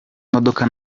imodoka